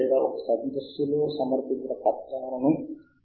BibTeX అని పిలువబడే ఆకృతిని నేను త్వరలో వివరిస్తాను